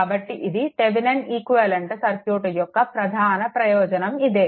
కాబట్టి ఇది Thevenin equivalent circuit యొక్క ప్రధాన ప్రయోజనం ఇదే